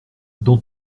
dans